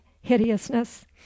hideousness